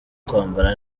kwambara